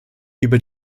über